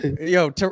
Yo